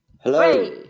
Hello